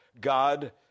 God